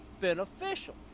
beneficial